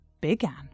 began